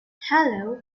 hello